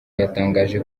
yatangaje